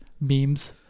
Memes